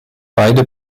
beide